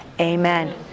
amen